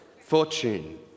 fortune